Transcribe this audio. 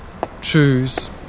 Tschüss